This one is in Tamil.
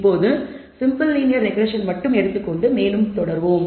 இப்போது சிம்பிள் லீனியர் ரெக்ரெஸ்ஸன் மட்டும் எடுத்துக்கொண்டு மேலும் பார்க்கலாம்